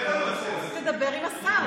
תדבר עם השר.